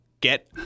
get